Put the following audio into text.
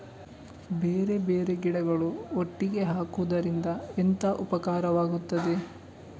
ಬೇರೆ ಬೇರೆ ಗಿಡಗಳು ಒಟ್ಟಿಗೆ ಹಾಕುದರಿಂದ ಎಂತ ಉಪಕಾರವಾಗುತ್ತದೆ?